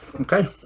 okay